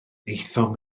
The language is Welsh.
aethom